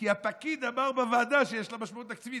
כי הפקיד אמר בוועדה שיש לה משמעות תקציבית,